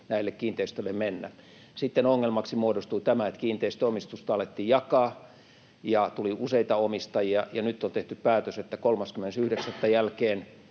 näille kiinteistöille mennä. Sitten ongelmaksi muodostui tämä, että kiinteistöomistusta alettiin jakaa ja tuli useita omistajia, ja nyt on tehty päätös, että 30.9. jälkeen